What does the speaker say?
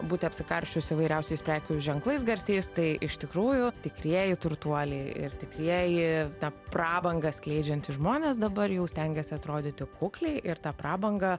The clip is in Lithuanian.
būti apsikarsčius įvairiausiais prekių ženklais garsiais tai iš tikrųjų tikrieji turtuoliai ir tikrieji tą prabangą skleidžiantys žmonės dabar jau stengiasi atrodyti kukliai ir tą prabangą